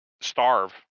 starve